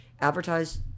advertise